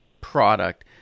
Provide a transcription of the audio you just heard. product